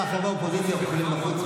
ביום ההולדת שלך להחריב את שלטון החוק.